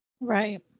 right